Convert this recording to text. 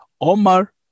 Omar